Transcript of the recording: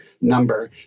number